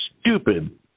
stupid